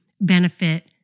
benefit